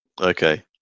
Okay